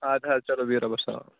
اَدٕ حظ چلو بِہِو رۄبس حَوال